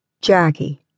Jackie